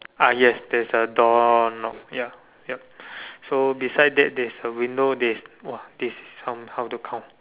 ah yes there is a door knob ya yup so beside that there is a window that is !wah! this how this how to count